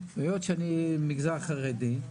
היות שאני מגזר חרדי.